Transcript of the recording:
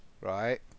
right